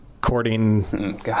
courting